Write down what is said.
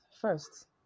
first